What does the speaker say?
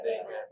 Amen